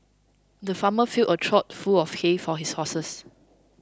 the farmer filled a trough full of hay for his horses